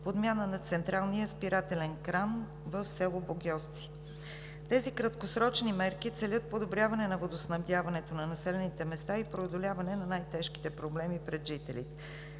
подмяна на централния спирателен кран в село Богьовци. Тези краткосрочни мерки целят подобряване на водоснабдяването на населените места и преодоляване на най-тежките проблеми пред жителите.